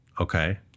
Okay